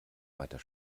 weiter